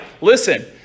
listen